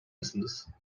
misiniz